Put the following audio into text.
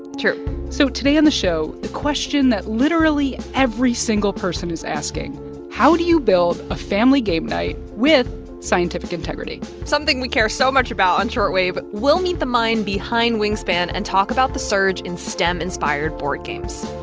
true so today on the show, the question that literally every single person is asking how do you build a family game night with scientific integrity? something we care so much about on short wave. we'll meet the mind behind wingspan and talk about the surge in stem-inspired boardgames